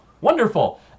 Wonderful